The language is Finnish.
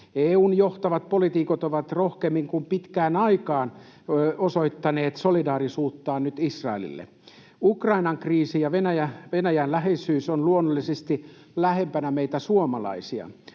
EU:n johtavat poliitikot ovat nyt rohkeammin kuin pitkään aikaan osoittaneet solidaarisuuttaan Israelille. Ukrainan kriisi ja Venäjän läheisyys ovat luonnollisesti lähempänä meitä suomalaisia,